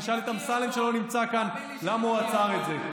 תשאל את אמסלם, שלא נמצא כאן, למה הוא עצר את זה.